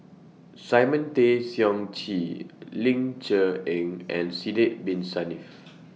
Simon Tay Seong Chee Ling Cher Eng and Sidek Bin Saniff